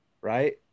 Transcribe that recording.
right